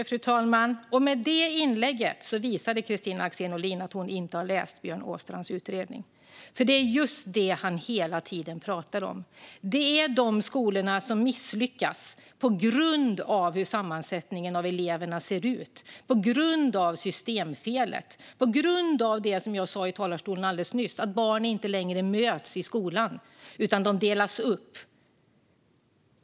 Fru talman! Med det inlägget visade Kristina Axén Olin att hon inte har läst Björn Åstrands utredning, för det är just detta han hela tiden pratar om. Det är de skolorna som misslyckas på grund av hur sammansättningen av elever ser ut, på grund av systemfelet, på grund av det som jag sa i talarstolen alldeles nyss - att barn inte längre möts i skolan utan delas upp.